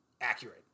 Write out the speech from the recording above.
accurate